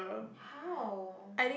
how